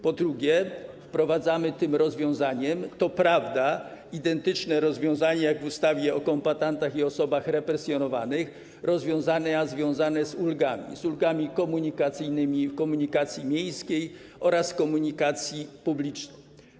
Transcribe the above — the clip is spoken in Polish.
Po drugie, wprowadzamy tym rozwiązaniem, to prawda, identyczne rozwiązania jak w ustawie o kombatantach i osobach represjonowanych - rozwiązania związane z ulgami komunikacyjnymi w komunikacji miejskiej oraz komunikacji publicznej.